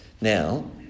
Now